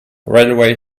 railway